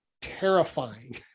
terrifying